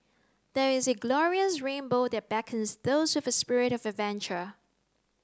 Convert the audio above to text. there is a glorious rainbow that beckons those with a spirit of adventure